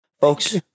Folks